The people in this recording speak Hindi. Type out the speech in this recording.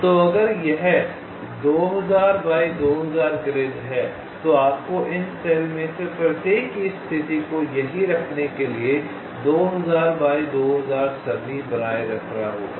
तो अगर यह २००० से २००० ग्रिड है तो आपको इन कोशिकाओं में से प्रत्येक की इस स्थिति को सही रखने के लिए २००० से २००० सरणी बनाए रखना होगा